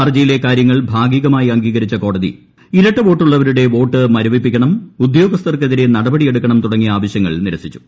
ഹർജിയിലെ കാര്യങ്ങൾ ഭാഗികമായി അംഗീകരിച്ച കോടതി ഇരട്ട വോട്ടുള്ളവരുടെ വോട്ട് മൂർപ്പിപ്പിക്കണം ഉദ്യോഗസ്ഥർക്കെതിരെ നടപടിയെടുക്കണം തുടങ്ങിയ ആവശ്യങ്ങൾ നിരസിച്ചു